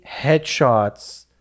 headshots